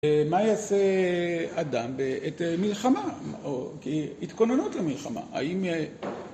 מה יעשה אדם בעת מלחמה, התכוננות למלחמה? האם...